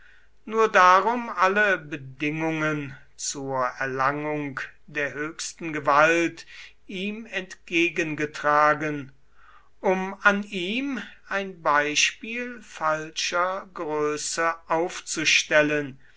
nur darum alle bedingungen zur erlangung der höchsten gewalt ihm entgegengetragen um an ihm ein beispiel falscher größe aufzustellen